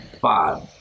five